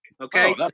Okay